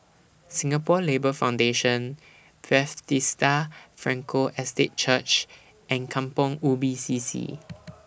Singapore Labour Foundation Frankel Estate Church and Kampong Ubi C C